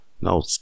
No